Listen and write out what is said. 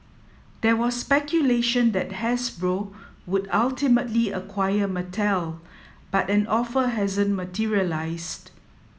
there was speculation that Hasbro would ultimately acquire Mattel but an offer hasn't materialised